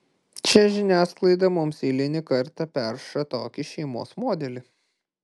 čia žiniasklaida mums eilinį kartą perša tokį šeimos modelį